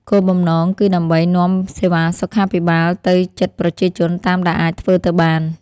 គោលបំណងគឺដើម្បីនាំសេវាសុខាភិបាលទៅជិតប្រជាជនតាមដែលអាចធ្វើទៅបាន។